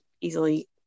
easily